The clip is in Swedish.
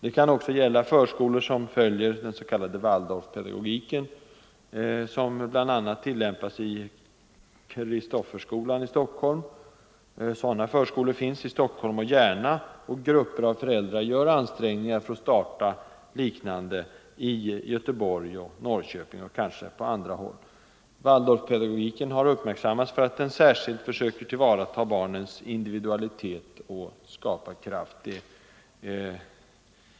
Det kan också gälla förskolor som följer Waldorfpedagogiken, som bl.a. tillämpas i Kristofferskolan här i Stockholm. Sådana förskolor finns det alltså i Stockholm samt i Järna. Grupper av föräldrar gör ansträngningar för att starta liknande förskolor i Göteborg, Norrköping och kanske på andra håll. Waldorfpedagogiken har uppmärksammats därför att den särskilt försöker tillvarata barnens individualitet och skaparkraft.